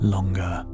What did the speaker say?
Longer